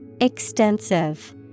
Extensive